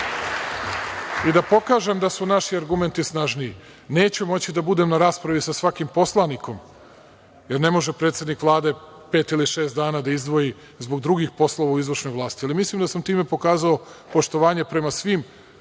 i da pokažem da su naši argumenti snažni. Neću moći da budem na raspravi sa svakim poslanikom, jer ne može predsednik Vlade pet ili šest dana da izdvoji zbog drugih poslova u izvršnoj vlasti, ali mislim da sam time pokazao poštovanje prema svim